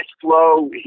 flow